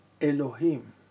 Elohim